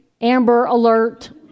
amber-alert